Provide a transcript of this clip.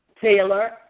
Taylor